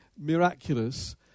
miraculous